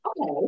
Okay